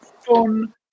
fun